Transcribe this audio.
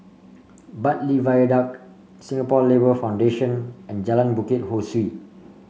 Bbartley Viaduct Singapore Labour Foundation and Jalan Bukit Ho Swee